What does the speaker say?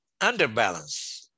underbalance